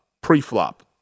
pre-flop